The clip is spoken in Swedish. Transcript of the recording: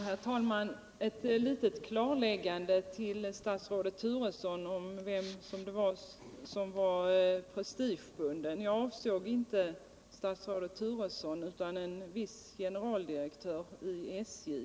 Herr talman! Bara ett litet klarläggande till kommunikationsministern om vem det var som var prestigebunden. Jag avsåg inte statsrådet Turesson utan en viss generaldirektör i SJ.